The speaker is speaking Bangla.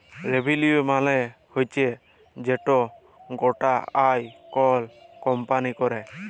রেভিলিউ মালে হচ্যে যে গটা আয় কল কম্পালি ক্যরে